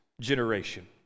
generation